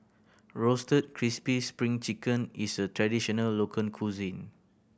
Roasted Crispy Spring Chicken is a traditional local cuisine